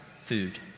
food